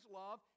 love